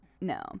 No